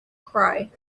cry